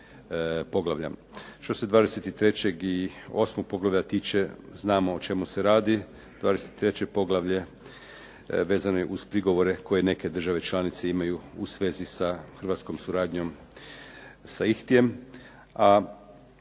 poglavlja. Što se 23. i 8. poglavlja tiče, znamo o čemu se radi. 23. poglavlje vezano je uz prigovore koje neke države članice imaju u svezi sa hrvatskom suradnjom sa ICHTI-jem,